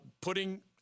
putting